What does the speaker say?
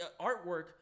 artwork